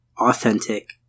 authentic